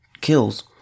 kills